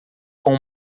com